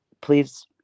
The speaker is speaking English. please